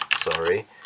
Sorry